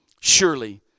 surely